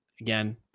Again